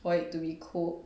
why do we cook